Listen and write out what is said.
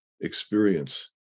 experience